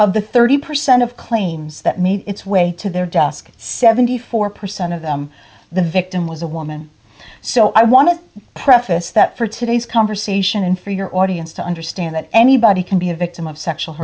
of the thirty percent of claims that made its way to their desk seventy four percent of them the victim was a woman so i want to preface that for today's conversation and for your audience to understand that anybody can be a victim of sexual